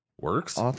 Works